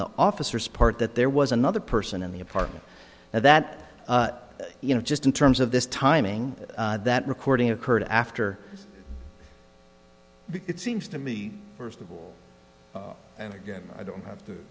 the officers part that there was another person in the apartment and that you know just in terms of this timing that recording occurred after it seems to me first of all and again i don't have to